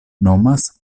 nomas